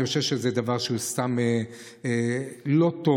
אני חושב שזה דבר שהוא סתם לא טוב.